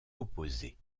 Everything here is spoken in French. opposé